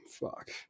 Fuck